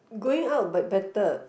going out but better